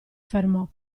fermò